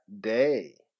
day